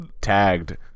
tagged